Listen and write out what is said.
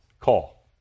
call